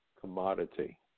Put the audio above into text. commodity